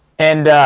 and